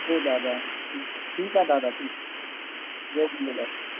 हो दादा ठीकु आहे दादा ठीकु जय झूलेलाल